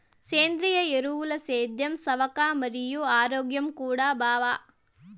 సేంద్రియ ఎరువులు సేద్యం సవక మరియు ఆరోగ్యం కూడా బావ